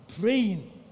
praying